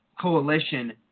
coalition